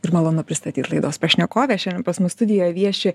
ir malonu pristatyti laidos pašnekovė šiandien pas mus studijoje vieši